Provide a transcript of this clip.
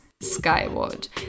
Skyward